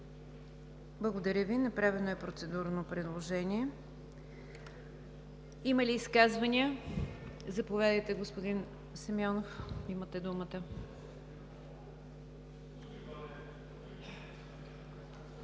Благодаря Ви. Направено е процедурно предложение. Има ли изказвания? Заповядайте, господин Симеонов – имате думата.